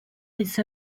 its